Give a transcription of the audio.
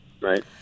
Right